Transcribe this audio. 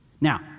Now